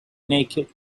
naked